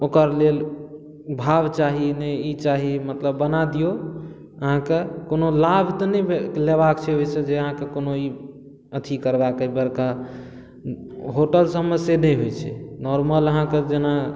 ओकर लेल भाव चाही नहि ई चाही मतलब बना दियौ अहाँके कोनो लाभ तऽ नहि लेबाक छै ओहिसँ जे अहाँके कोनो ई अथी करबाके अछि बड़का होटल सबमे से नहि होइ छै नॉर्मल अहाँके जेना